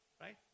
right